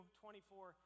24